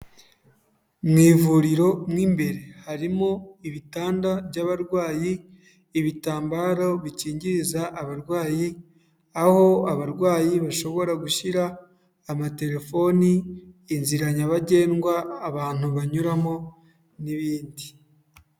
Mu ivuriro mo imbere, harimo ibitanda by'abarwayi, ibitambaro bikingiriza abarwayi, aho abarwayi bashobora gushyira amatelefoni, inzira nyabagendwa abantu banyuramo n'ibindi.